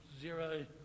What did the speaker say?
zero